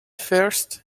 first